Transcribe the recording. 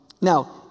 Now